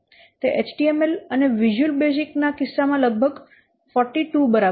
તે HTML અને visual basic ના કિસ્સામાં લગભગ 42 બરાબર છે